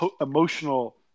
emotional